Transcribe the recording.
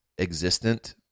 existent